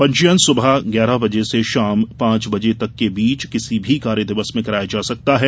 पंजीयन सुबह ग्यारह बजे से शाम पांच बजे के बीच कार्यदिवस में कराया जा सकता है